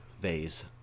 Vase